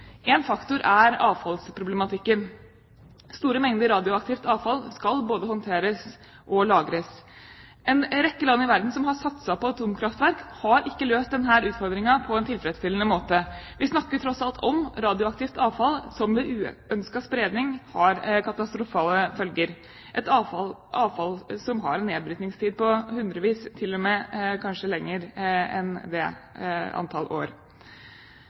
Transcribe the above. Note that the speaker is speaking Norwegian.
Én faktor er avfallsproblematikken. Store mengder radioaktivt avfall skal både håndteres og lagres. En rekke land i verden som har satset på atomkraftverk, har ikke løst denne utfordringen på en tilfredsstillende måte. Vi snakker tross alt om radioaktivt avfall som med uønsket spredning har katastrofale følger – avfall som har en nedbrytingstid på hundrevis av år, og kanskje lenger enn det.